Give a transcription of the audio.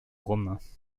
romains